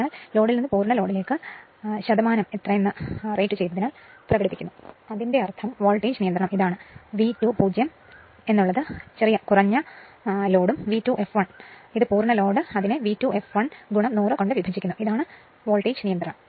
അതിനാൽ ഒരു ലോഡിൽ നിന്നും പൂർണ്ണ ലോഡിലേക്ക് പ്രായം റേറ്റുചെയ്തതിനാൽ പ്രകടിപ്പിക്കുന്നു അതിനർത്ഥം വോൾട്ടേജ് റെഗുലേഷൻ ഇതാണ് V2 0 ലോ ലോഡ് ഇത് V2 fl ആണ് പൂർണ്ണ ലോഡ് വിഭജനം V2 fl 100 ഇതാണ് വോൾട്ടേജ് റെഗുലേഷൻ